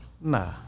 Nah